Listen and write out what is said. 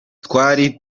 twari